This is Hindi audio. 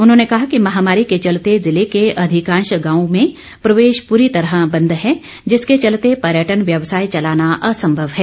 उन्होंने कहा कि महामारी के चलते जिले के अधिकांश गांवों में प्रवेश पूरी तरह बंदे है जिसके चलते पर्यटन व्यवसाय चलाना असंभव है